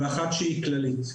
מאחר והיא כללית.